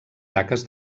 taques